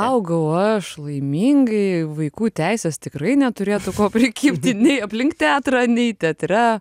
augau aš laimingai vaikų teisės tikrai neturėtų ko prikibti nei aplink teatrą nei teatre